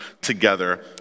together